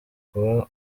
kuba